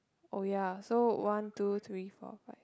oh ya so one two three four five